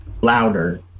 louder